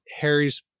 Harry's